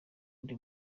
ndi